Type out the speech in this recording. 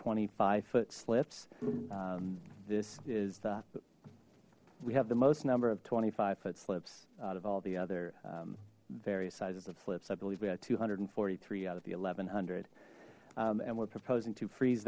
twenty five foot slips this is we have the most number of twenty five foot slips out of all the other various sizes of slips i believe we have two hundred and forty three out of the eleven hundred and we're proposing to freeze